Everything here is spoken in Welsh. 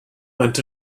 maent